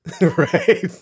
right